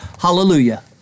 Hallelujah